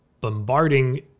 bombarding